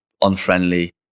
unfriendly